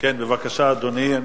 בבקשה, אדוני.